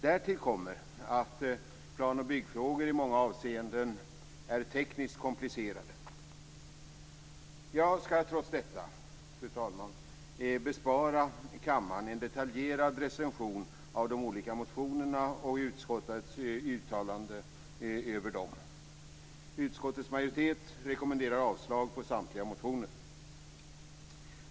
Därtill kommer att plan och byggfrågor i många avseenden är tekniskt komplicerade. Jag skall trots detta, fru talman, bespara kammaren en detaljerad recension av de olika motionerna och utskottets uttalande över dem. Utskottets majoritet rekommenderar avslag på samtliga motioner.